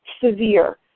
severe